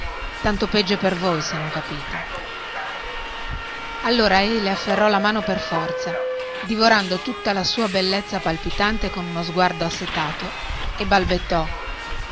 tanto peggio per voi se non capite allora ei le afferrò la mano per forza divorando tutta la sua bellezza palpitante con uno sguardo assetato e balbettò